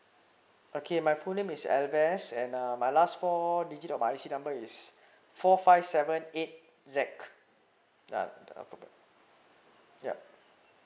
okay my full name is albest and uh my last four digit of my I_C number is four five seven eight Z uh yup